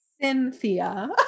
Cynthia